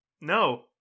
No